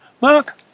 Mark